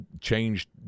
changed